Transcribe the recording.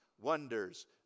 wonders